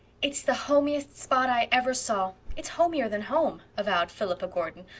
it's the homiest spot i ever saw it's homier than home, avowed philippa gordon,